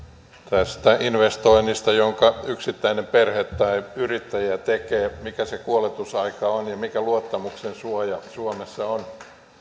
tästä investoinnista jonka yksittäinen perhe tai yrittäjä tekee mikä se kuoletusaika on ja mikä luottamuksen suoja suomessa on